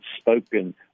spoken